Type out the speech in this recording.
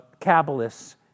Kabbalists